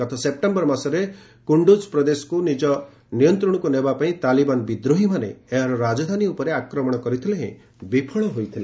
ଗତ ସେପ୍ଟେମ୍ବର ମାସରେ କୁଣ୍ଡୁକ୍ ପ୍ରଦେଶକୁ ନିଜ ନିୟନ୍ତ୍ରଣକୁ ନେବା ପାଇଁ ତାଲିବାନ ବିଦ୍ରୋହୀମାନେ ଏହାର ରାଜଧାନୀ ଉପରେ ଆକ୍ରମଣ କରିଥିଲେ ହେଁ ବିଫଳ ହୋଇଥିଲେ